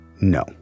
No